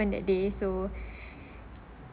happen that day so